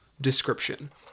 description